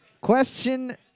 Question